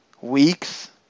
weeks